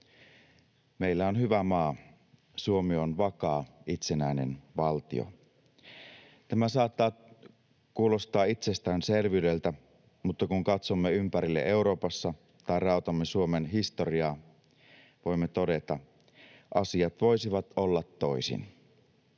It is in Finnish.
Meillä on hyvä maa. Suomi on vakaa, itsenäinen valtio. Tämä saattaa kuulostaa itsestäänselvyydeltä, mutta kun katsomme ympärille Euroopassa tai raotamme Suomen historiaa, voimme todeta: asiat voisivat olla toisin.